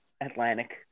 Atlantic